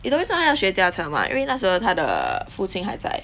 你懂为什么她要学驾车吗因为那时候她的父亲还在